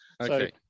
okay